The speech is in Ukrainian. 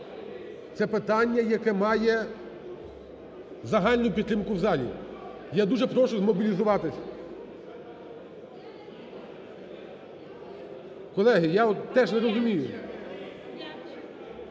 це питання, яке має загальну підтримку в залі. Я дуже прошу змобілізуватися. Колеги, я теж не розумію...